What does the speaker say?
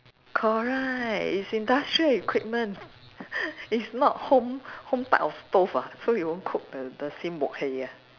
correct is industrial equipment is not home home type of stove ah so you won't cook the the same wok hei ah